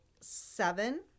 seven